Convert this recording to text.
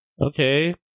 okay